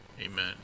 Amen